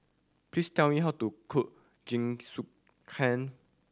please tell me how to cook Jingisukan